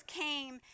came